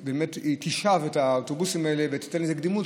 באמת היא תשאב את האוטובוסים האלה ותיתן לזה קדימות.